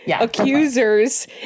accusers